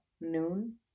noon